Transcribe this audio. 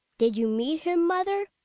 did you meet him, mother?